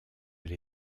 elle